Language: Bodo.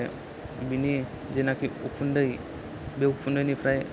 लोगोसे बिनि जेनाखि उखुन्दै बे उखुन्दैनिफ्राय